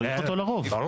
צריך 100 אחוזים.